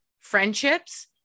friendships